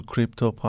Crypto